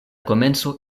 komenco